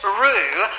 rue